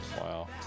Wow